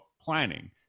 planning